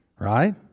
right